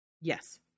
Yes